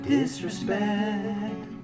Disrespect